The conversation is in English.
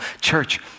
Church